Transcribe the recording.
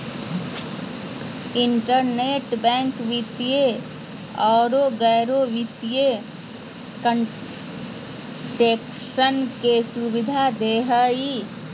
internet bank वित्तीय औरो गैर वित्तीय ट्रांन्जेक्शन के सुबिधा दे हइ